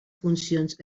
funcions